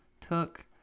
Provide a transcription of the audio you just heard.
took